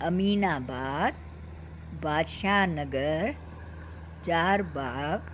Aminabad Badshah Nagar Charbagh